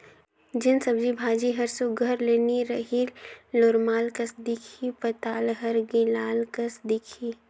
जेन सब्जी भाजी हर सुग्घर ले नी रही लोरमाल कस दिखही पताल हर गिलाल कस दिखही